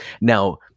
Now